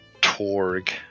Torg